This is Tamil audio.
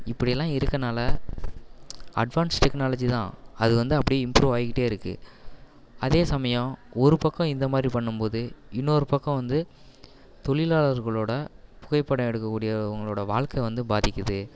இப்படியெல்லாம் இருக்கனால் அட்வான்ஸ் டெக்னாலஜி தான் அது வந்து அப்படியே இம்ப்ரூவ் ஆகிக்கிட்டே இருக்குது அதே சமயம் ஒரு பக்கம் இந்தமாதிரி பண்ணும்போது இன்னொரு பக்கம் வந்து தொழிலாளர்களோட புகைப்படம் எடுக்கக்கூடிய அவர்களோட வாழ்க்க வந்து பாதிக்குது